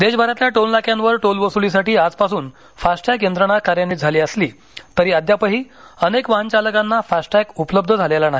देशभरातल्या टोल नाक्यांवर टोल वस्लीसाठी आजपासून फास्ट टॅग यंत्रणा कार्यान्वित झाली असली तरी अद्यापही अनेक वाहन चालकांना फास्ट टॅग उपलब्ध झालेला नाही